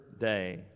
day